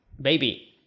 baby